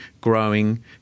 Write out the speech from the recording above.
growing